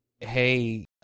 hey